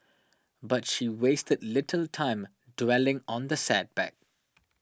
but she wasted little time dwelling on the setback